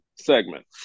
segment